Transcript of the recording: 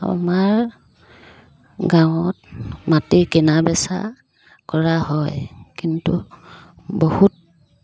আমাৰ গাঁৱত মাটিৰ কিনা বেচা কৰা হয় কিন্তু বহুত